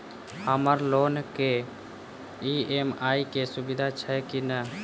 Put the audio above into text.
हम्मर लोन केँ ई.एम.आई केँ सुविधा छैय की नै?